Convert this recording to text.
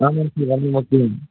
ஆமாங்க சார் முஸ்லீம்